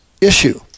issue